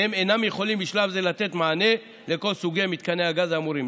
והם אינם יכולים בשלב זה לתת מענה לכל סוגי מתקני הגז האמורים.